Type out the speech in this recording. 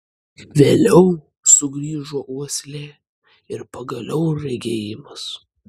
vėliau sugrįžo uoslė ir pagaliau regėjimas